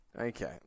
Okay